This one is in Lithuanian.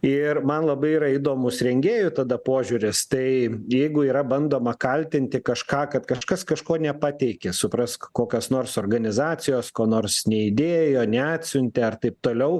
ir man labai yra įdomus rengėjų tada požiūris tai jeigu yra bandoma kaltinti kažką kad kažkas kažko nepateikė suprask kokios nors organizacijos ko nors neįdėjo neatsiuntė ar taip toliau